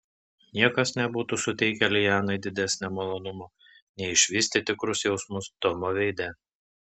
niekas nebūtų suteikę lianai didesnio malonumo nei išvysti tikrus jausmus tomo veide